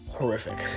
Horrific